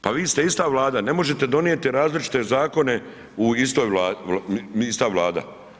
Pa vi ste ista Vlada, ne možete donijeti različite zakone u istoj Vladi, ista Vlada.